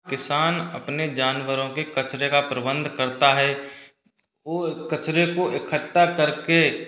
किसान अपने जानवरों के कचरे का प्रबंध करता है वह कचरे को इकट्ठा करके